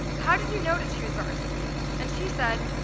how did you know to choose varsity? and she said,